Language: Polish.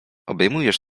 obejmujesz